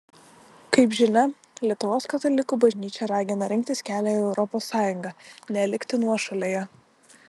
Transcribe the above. kaip žinia lietuvos katalikų bažnyčia ragina rinktis kelią į europos sąjungą nelikti nuošalėje